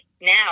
now